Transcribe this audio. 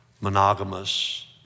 monogamous